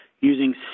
using